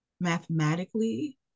mathematically